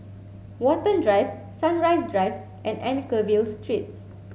Watten Drive Sunrise Drive and Anchorvale Street